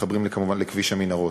מתחברים כמובן לכביש המנהרות.